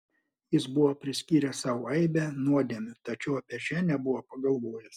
jis buvo priskyręs sau aibę nuodėmių tačiau apie šią nebuvo pagalvojęs